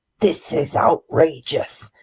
this is outrageous!